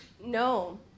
No